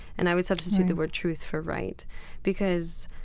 and i would substitute the word truth for right because